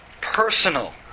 personal